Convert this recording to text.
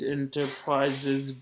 enterprises